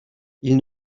ils